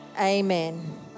Amen